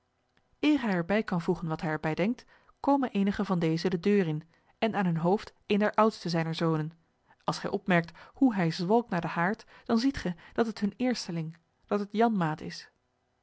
hij er bij kan voegen wat hij er bij denkt komen eenige van deze de deur in en aan hun hoofd een der oudste zijner zonen als gij opmerkt hoe hij zwalkt naar den haard dan ziet ge dat het hun eersteling dat het janmaat is